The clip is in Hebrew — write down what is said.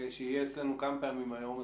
שיהיה אצלנו כמה פעמים היום.